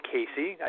Casey